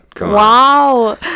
Wow